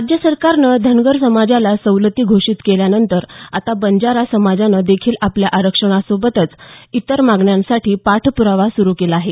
राज्य सरकारनं धनगर समाजाला सवलती घोषित केल्यानंतर आता बंजारा समाजानं देखील आपल्या आरक्षणा सोबतच इतर मागण्यांसाठी पाठपुरावा सुरू केला आहे